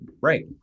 right